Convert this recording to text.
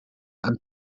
and